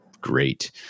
great